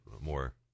more